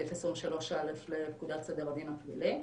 סעיף 23א לפקודת סדר הדין הפלילי.